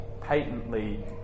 patently